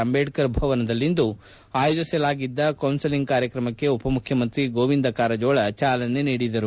ಅಂಬೇಡ್ಕರ್ ಭವನದಲ್ಲಿಂದು ಆಯೋಜಿಸಲಾಗಿದ್ದ ಕೌನ್ನಿಲಿಂಗ್ ಕಾರ್ಯಕ್ರಮಕ್ಕೆ ಉಪಮುಖ್ಯಮಂತ್ರಿ ಗೋವಿಂದ ಕಾರಜೋಳ ಜಾಲನೆ ನೀಡಿದರು